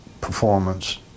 performance